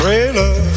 Trailer